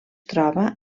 troba